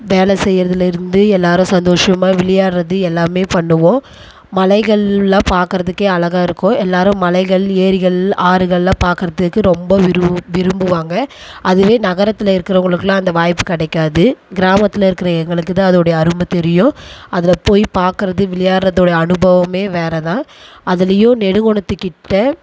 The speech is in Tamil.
வேலை செய்கிறதுலேருந்து எல்லோரும் சந்தோஷமாக விளையாடுறது எல்லாமே பண்ணுவோம் மலைகள்லாம் பார்க்குறத்துக்கே அழகாக இருக்கும் எல்லோரும் மலைகள் ஏரிகள் ஆறுகள்லாம் பார்க்குறத்துக்கு ரொம்ப விரு விரும்புவாங்க அதுவே நகரத்தில் இருக்கிறவங்களுக்குலாம் அந்த வாய்ப்பு கிடைக்காது கிராமத்தில் இருக்கிற எங்களுக்கு தான் அதோடைய அருமை தெரியும் அதில் போய் பார்க்குறது விளையாடுறதோட அனுபவமே வேறே தான் அதுலேயும் நெடுகோணத்துக்கிட்டே